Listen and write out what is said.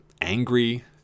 angry